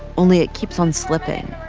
only it keeps on slipping.